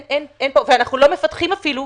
אנחנו לא מפתחים אפילו,